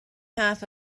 half